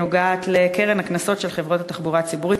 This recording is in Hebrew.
הנוגעת לקרן הקנסות של חברות התחבורה הציבורית.